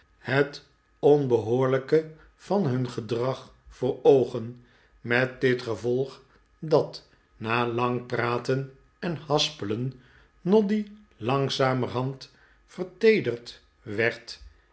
het onbehoorlijke van hun gedrag voor oogen met dit gevolg dat na lang praten en haspelen noddy langzamerhand verteederd werd